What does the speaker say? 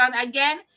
Again